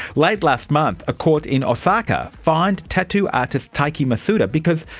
late last month a court in osaka fined tattoo artist taiki masuda because,